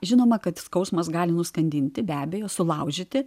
žinoma kad skausmas gali nuskandinti be abejo sulaužyti